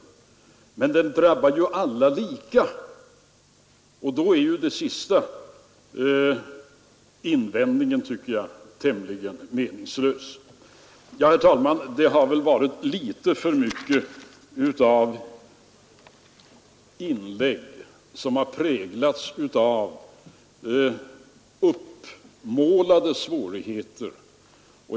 Men eftersom den drabbar alla lika tycker jag att den sista invändningen är tämligen meningslös. Herr talman! Det har väl varit litet för många inlägg som präglats av uppmålade svårigheter.